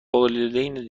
والدین